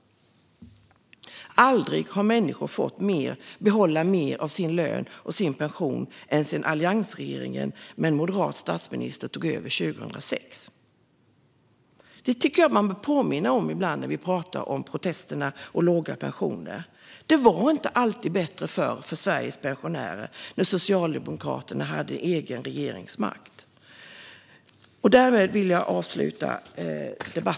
Aldrig har människor fått behålla mer av sin lön och sin pension än sedan alliansregeringen med en moderat statsminister tog över 2006. Det tycker jag att man bör påminna om ibland när vi talar om protesterna och låga pensioner. Det var inte alltid bättre förr för Sveriges pensionärer, när Socialdemokraterna hade egen regeringsmakt.